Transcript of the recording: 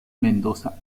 mendoza